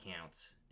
counts